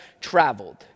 traveled